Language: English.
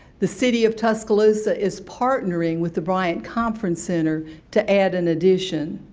the city of tuscaloosa is partnering with the bryant conference center to add an additon.